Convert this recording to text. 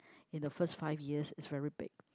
in the first five years is very big